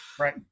right